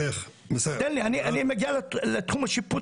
עכשיו אני מגיע ממש לתחום השיפוט